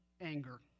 anger